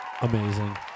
amazing